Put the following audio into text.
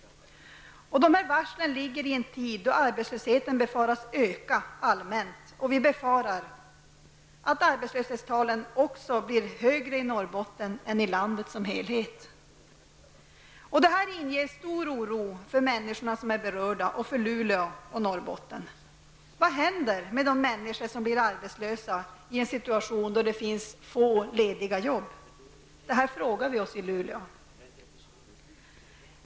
Dessa varsel kommer i en tid då arbetslösheten allmänt befaras öka, och vi befarar att arbetslöshetstalen också blir högre i Norrbotten än i landet som helhet. Detta inger stor oro för de människor som är berörda, för Luleå och för Norrbotten. Vad händer med de människor som blir arbetslösa i en situation då det finns få lediga jobb? Det är vad vi frågar oss i Luleå.